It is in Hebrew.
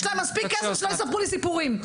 יש להם מספיק כסף שלא יספרו לי סיפורים.